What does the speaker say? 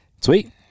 Sweet